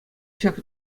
ҫак